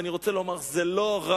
ואני רוצה לומר: זה לא רק,